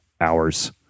hours